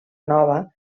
nova